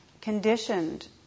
conditioned